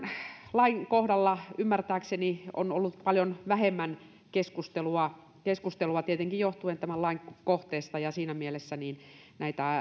lain kohdalla ymmärtääkseni on ollut paljon vähemmän keskustelua keskustelua tietenkin johtuen tämän lain kohteesta ja siinä mielessä näitä